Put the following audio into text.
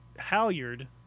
halyard